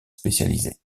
spécialisées